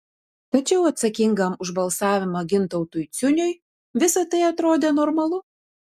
tačiau atsakingam už balsavimą gintautui ciuniui visa tai atrodė normalu